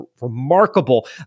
remarkable